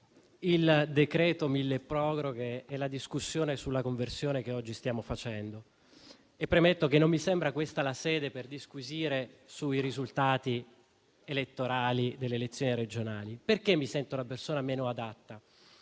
il decreto milleproroghe e la discussione sulla conversione che oggi stiamo facendo. E premetto che non mi sembra questa la sede per disquisire sui risultati elettorali delle elezioni regionali. Mi sento la persona meno adatta